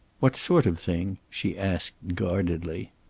what sort of thing? she asked guardedly.